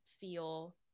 feel